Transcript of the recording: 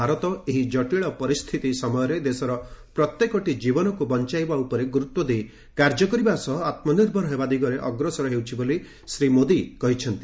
ଭାରତ ଏହି କଟିଳ ପରିସ୍ଥିତି ସମୟରେ ଦେଶର ପ୍ରତ୍ୟେକଟି ଜୀବନକୁ ବଞ୍ଚାଇବା ଉପରେ ଗୁରୁତ୍ୱ ଦେଇ କାର୍ଯ୍ୟ କରିବା ସହ ଆତ୍ମନିର୍ଭର ହେବା ଦିଗରେ ଅଗ୍ରସର ହେଉଛି ବୋଲି ଶ୍ରୀ ମୋଦି କହିଛନ୍ତି